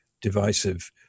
divisive